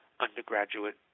undergraduate